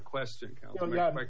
question mark